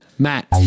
Matt